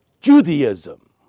Judaism